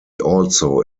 also